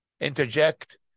interject